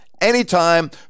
anytime